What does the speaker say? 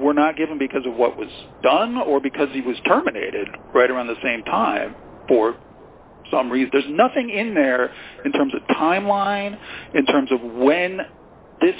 were not given because of what was done or because he was terminated right around the same time for some reason is nothing in there in terms of timeline in terms of when this